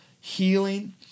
healing